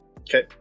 Okay